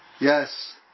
Yes